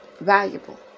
valuable